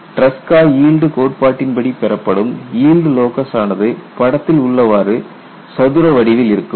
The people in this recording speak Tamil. டிரஸ்கா ஈல்டு கோட்பாட்டின்படி பெறப்படும் ஈல்டு லோகஸ் ஆனது படத்தில் உள்ளவாறு சதுர வடிவில் இருக்கும்